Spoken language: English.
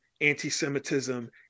anti-Semitism